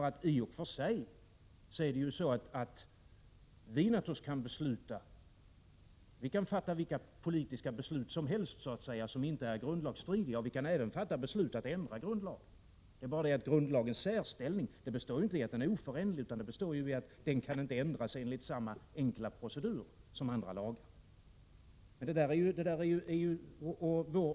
I och för sig är det så att vi naturligtvis kan fatta vilka politiska beslut som helst som inte är grundlagsstridiga, och vi kan även fatta beslut om att ändra i grundlagen. Det är bara det att grundlagens särställning består inte i att den är oföränderlig utan i att den inte kan ändras enligt samma enkla procedur som andra lagar.